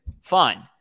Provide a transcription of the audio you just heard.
fine